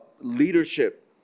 leadership